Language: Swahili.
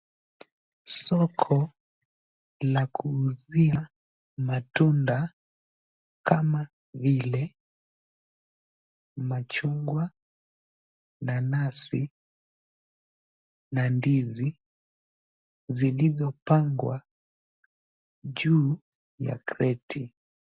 Soko la kuuzia matunda kama vile machungwa, nanasi na ndizi zilizopangwa juu ya kreti.